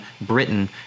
Britain